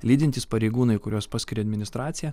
lydintys pareigūnai kuriuos paskiria administracija